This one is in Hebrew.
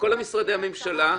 כל משרדי הממשלה.